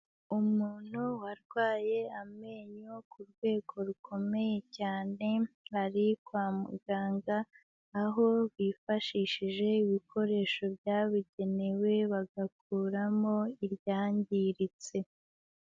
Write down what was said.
Umuntu warwaye amenyo ku rwego rukomeye cyane, ari kwa muganga aho bifashishije ibikoresho byabugenewe bagakuramo iryangiritse.